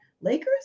Lakers